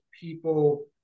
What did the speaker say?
people